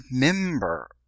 remember